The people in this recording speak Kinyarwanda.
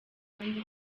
kandi